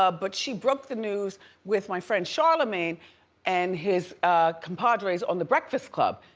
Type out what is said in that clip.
ah but she broke the news with my friend charlemagne and his compadres on the breakfast club,